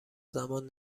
زمان